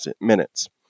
minutes